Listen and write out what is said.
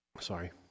Sorry